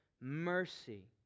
mercy